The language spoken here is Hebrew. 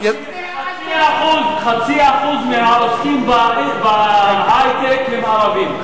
0.5% מהעוסקים בהיי-טק הם ערבים.